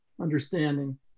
understanding